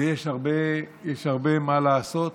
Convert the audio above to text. ויש הרבה מה לעשות.